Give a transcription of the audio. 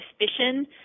suspicion